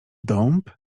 dąb